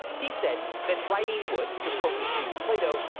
he said that writing would to quote his student plato,